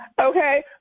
Okay